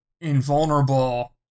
invulnerable